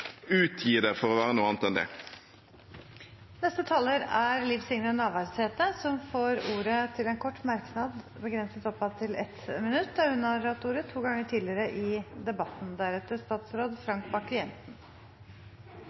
for å være noe annet enn det. Representanten Liv Signe Navarsete har hatt ordet to ganger tidligere og får ordet til en kort merknad, begrenset til 1 minutt.